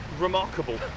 Remarkable